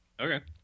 Okay